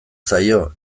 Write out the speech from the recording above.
zaio